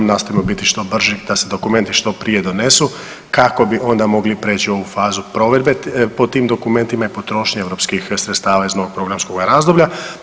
Nastojimo biti što brži da se dokumenti što prije donesu kako bi onda mogli prijeći u ovu fazu provedbe po tim dokumentima i potrošnje europskih sredstava iz novog programskoga razdoblja.